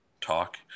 talk